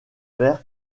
fer